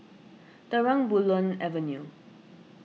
Terang Bulan Avenue